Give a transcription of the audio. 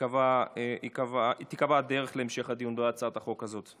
תיקבע הדרך להמשך הדיון בהצעת החוק הזאת.